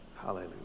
Hallelujah